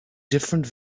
different